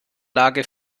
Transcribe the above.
lage